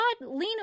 lena